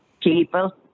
people